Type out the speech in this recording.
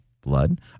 Blood